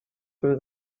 from